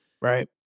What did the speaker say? Right